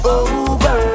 over